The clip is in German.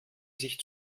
sich